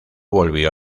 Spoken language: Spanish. volvió